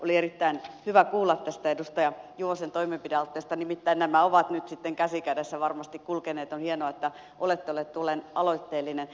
oli erittäin hyvä kuulla tästä edustaja juvosen toimenpidealoitteesta nimittäin nämä ovat nyt sitten käsi kädessä varmasti kulkeneet ja on hienoa että olette ollut aloitteellinen